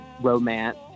romance